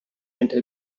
enter